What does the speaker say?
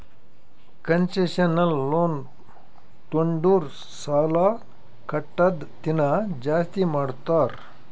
concessional loan ತೊಂಡುರ್ ಸಾಲಾ ಕಟ್ಟದ್ ದಿನಾ ಜಾಸ್ತಿ ಮಾಡ್ತಾರ್